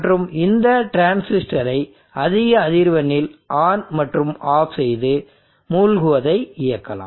மற்றும் இந்த டிரான்சிஸ்டரை அதிக அதிர்வெண்ணில் ஆன் மற்றும் ஆஃப் செய்து மூழ்குவதை இயக்கலாம்